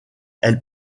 elle